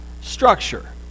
structure